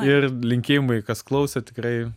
ir linkėjimai kas klausėt tikrai